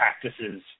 practices